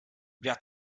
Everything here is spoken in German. wer